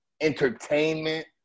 entertainment